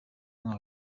bamwe